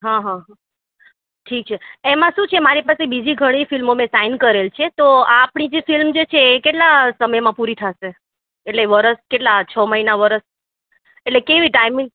હં હં ઠીક છે એમાં શું છે કે મારી પાસે બીજી ઘણી ફિલ્મો મેં સાઈન કરેલી છે તો આ આપણી જે ફિલ્મ છે એ કેટલા સમયમાં પૂરી થશે એટલે વરસ કેટલાં છ મહિના વરસ એટલે કેવી ટાઈમિંગ